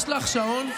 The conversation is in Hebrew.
יש לך שעון?